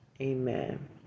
Amen